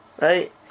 Right